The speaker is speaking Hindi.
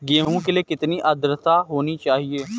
गेहूँ के लिए कितनी आद्रता होनी चाहिए?